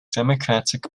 democratic